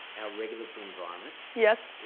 our regulatory environment yes.